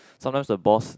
sometimes the boss